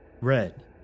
Red